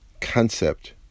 concept